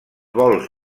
vols